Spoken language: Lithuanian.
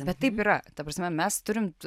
bet taip yra ta prasme mes turim